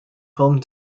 home